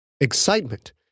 Excitement